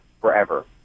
forever